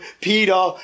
Peter